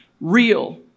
real